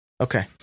Okay